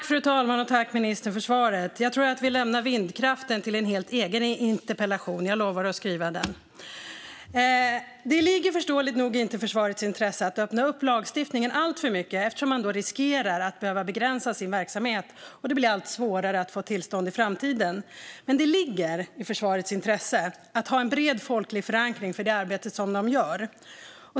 Fru talman! Tack, ministern, för svaret! Jag tror att vi lämnar vindkraften till en helt egen interpellation. Jag lovar att skriva den. Det ligger förståeligt nog inte i försvarets intresse att öppna upp lagstiftningen alltför mycket eftersom man då riskerar att behöva begränsa sin verksamhet och att det blir svårare att få tillstånd i framtiden. Men det ligger i försvarets intresse att ha en bred folklig förankring för det arbete som de gör.